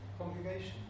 congregation